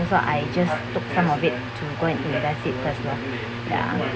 so I just took some of it to go and invest it first lor ya